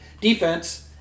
defense